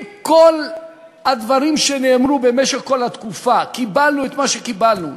עם כל הדברים שנאמרו במשך כל התקופה קיבלנו את מה שקיבלנו,